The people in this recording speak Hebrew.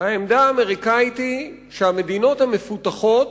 העמדה האמריקנית היא, שהמדינות המפותחות